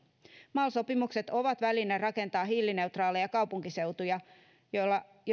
mal sopimukset ovat väline rakentaa hiilineutraaleja kaupunkiseutuja